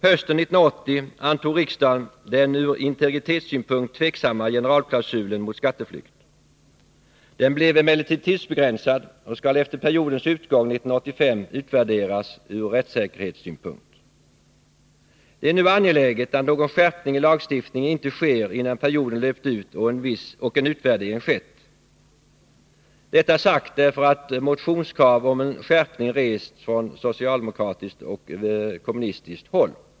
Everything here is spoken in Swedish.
Hösten 1980 antog riksdagen den ur integritetssynpunkt tvivelaktiga generalklausulen mot skatteflykt. Den blev emellertid tidsbegränsad och skall efter periodens utgång 1985 utvärderas ur rättssäkerhetssynpunkt. Det är nu angeläget att någon skärpning i lagstiftningen inte sker innan perioden löpt ut och en utvärdering skett, detta sagt därför att motionskrav om en skärpning rests från socialdemokratiskt och kommunistiskt håll.